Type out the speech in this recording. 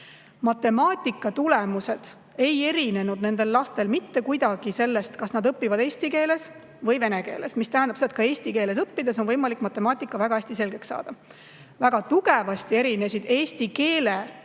Matemaatikatulemused ei erinenud nendel lastel mitte kuidagi olenevalt sellest, kas nad õpivad eesti keeles või vene keeles. See tähendab seda, et ka eesti keeles õppides on neil võimalik matemaatika väga hästi selgeks saada. Väga tugevasti erinesid eesti keele testi tulemused.